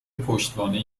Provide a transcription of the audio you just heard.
پشتوانه